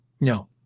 No